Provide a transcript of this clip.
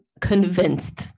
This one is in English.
convinced